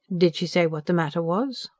did she say what the matter was?